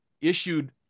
issued